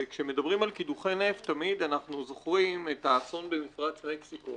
וכשמדברים על קידוחי נפט תמיד אנחנו זוכרים את האסון במפרץ מקסיקו.